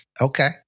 Okay